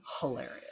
hilarious